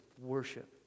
worship